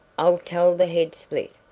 i'll tell the head-split.